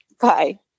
Bye